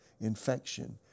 infection